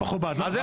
מה הולך פה?